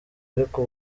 ariko